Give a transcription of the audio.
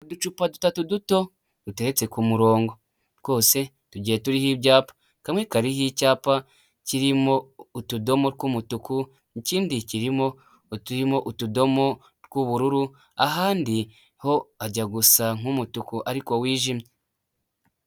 Uducupa dutatu duto duteretse ku kumurongo. Twose tugiye turiho ibyapa. Kamwe kariho icyapa kirimo utudomo tw'umutuku, ikindi kirimo uturimo utudomo tw'ubururu, ahandi ho hajya gusa nk'umutuku ariko wijimye.